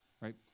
Right